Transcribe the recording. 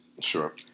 Sure